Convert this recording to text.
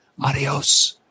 adios